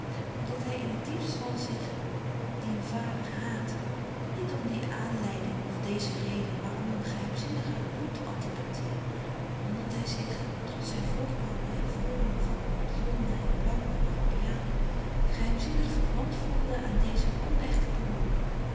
omdat hij in het diepst van zich dien vader haatte niet om die aanleiding of deze reden maar om een geheimzinnige bloed antipathie omdat hij zich trots zijn voorkomen en voordoen van blonden en blanken europeaan geheimzinnig verwant voelde aan dezen onechten broêr